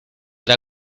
era